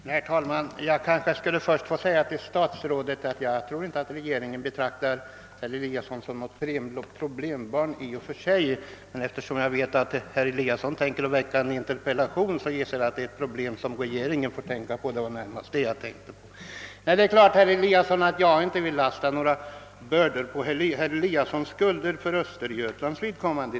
Herr talman! Jag vill först säga till statsrådet att jag inte tror att regeringen betraktar herr Eliasson i Sundborn som ett problembarn. Eftersom jag vet att herr Eliasson ämnar ställa en interpellation gissar jag emellertid att regeringen får ett problem att tänka på. Jag vill naturligtvis inte lasta några bördor på herr Eliassons i Sundborn skuldror för Östergötlands vidkommande.